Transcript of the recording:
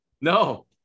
no